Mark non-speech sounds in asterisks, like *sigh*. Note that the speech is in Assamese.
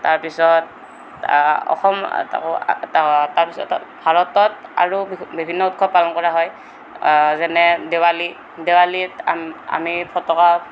তাৰপিছত অসম *unintelligible* তাৰপিছত ভাৰতত আৰু *unintelligible* বিভিন্ন উৎসৱ পালন কৰা হয় যেনে দেৱালী দেৱালীত আমি আমি ফটকা